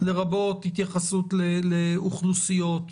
לרבות התייחסות לאוכלוסיות.